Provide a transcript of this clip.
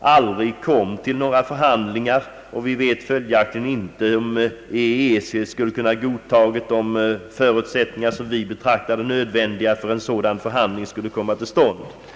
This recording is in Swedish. aldrig ledde till några förhandlingar. Vi vet följaktligen inte heller om EEC skulle ha godtagit de förutsättningar som vi betraktade såsom nödvändiga för att en sådan förhandling skulle kunna komma till stånd.